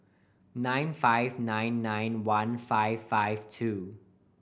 nine five nine nine one five five two